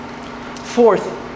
fourth